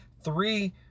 three –